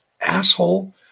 asshole